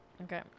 Okay